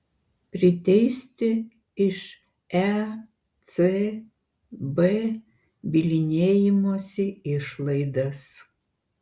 priteisti iš ecb bylinėjimosi išlaidas